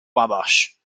wabash